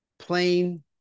plain